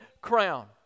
crown